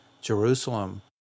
Jerusalem